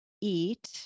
eat